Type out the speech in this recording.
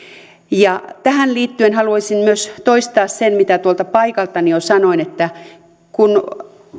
tähän liittyen haluaisin myös toistaa sen mitä tuolta paikaltani jo sanoin kun